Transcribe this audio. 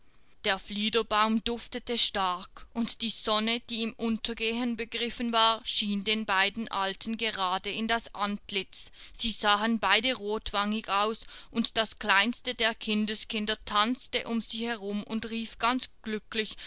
der fliederbaum duftete stark und die sonne die im untergehen begriffen war schien den beiden alten gerade in das antlitz sie sahen beide rotwangig aus und das kleinste der kindeskinder tanzte um sie herum und rief ganz glücklich